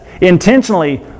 Intentionally